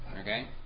okay